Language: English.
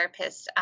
therapists